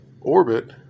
orbit